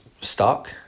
stuck